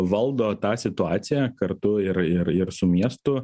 valdo tą situaciją kartu ir ir ir su miestu